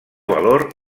valor